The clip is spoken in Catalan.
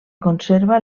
conserva